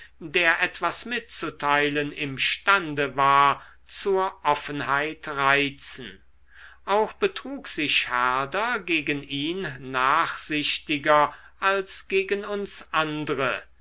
der etwas mitzuteilen imstande war zur offenheit reizen auch betrug sich herder gegen ihn nachsichtiger als gegen uns andre